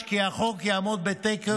מבוקש כי החוק יעמוד בתוקף,